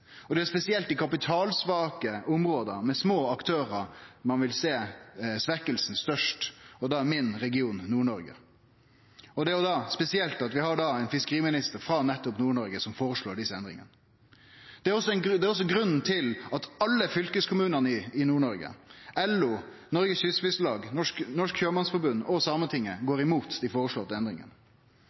svekte. Det er spesielt i kapitalsvake område med små aktørar ein vil sjå svekkinga i størst grad, og da i min region, Nord-Noreg. Det er da spesielt at vi har ein fiskeriminister frå nettopp Nord-Noreg som føreslår desse endringane. Det er også grunnen til at alle fylkeskommunane i Nord-Norge, LO, Norges Kystfiskarlag, Norsk Sjømannsforbund og Sametinget går imot dei føreslåtte endringane.